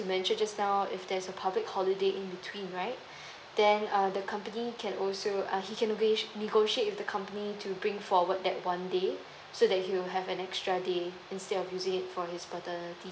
you mention just now if there's a public holiday in between right then uh the company can also uh he can always negotiate with the complain to bring forward that one day so that he'll have an extra day instead of using it for his paternity leave